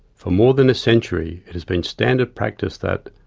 for more than a century it has been standard practice that,